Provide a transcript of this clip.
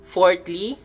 Fourthly